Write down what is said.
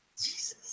Jesus